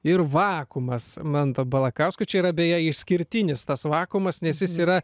ir vakuumas manto balakausko čia yra beje išskirtinis tas vakuumas nes jis yra